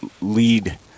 lead